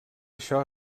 això